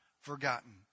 forgotten